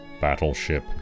battleship